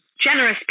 generous